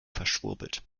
verschwurbelt